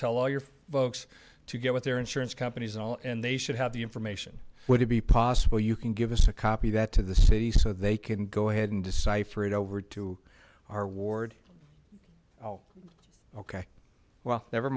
tell all your folks to get with their insurance companies and all and they should have the information would it be possible you can give us a copy that to the city so they can go ahead and decipher it over to our ward ok well never